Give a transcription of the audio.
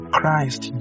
Christ